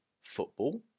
football